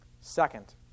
Second